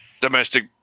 domestic